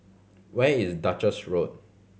where is Duchess Road